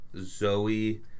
Zoe